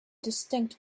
distinct